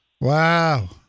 Wow